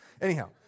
Anyhow